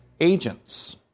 agents